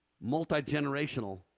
multi-generational